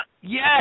Yes